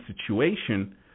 situation